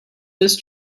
this